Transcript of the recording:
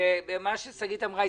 וכמו ששגית אמרה,